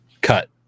Cut